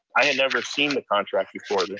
i had never seen the contract before this.